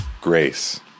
grace